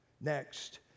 Next